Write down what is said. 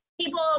People